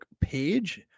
page